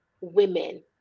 women